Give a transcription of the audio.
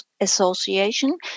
association